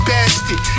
Bastard